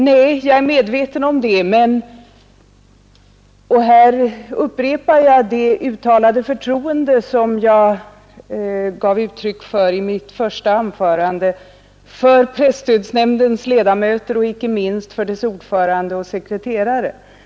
Nej, jag är medveten om det och här upprepar jag det uttalade förtroende som jag uttalade i mitt första anförande för presstödsnämndens ledamöter, inte minst för dess ordförande och sekreterare.